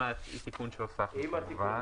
עם התיקון שהוספנו כמובן.